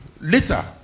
later